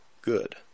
good